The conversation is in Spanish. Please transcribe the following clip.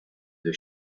the